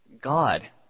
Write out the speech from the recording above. God